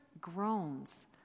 groans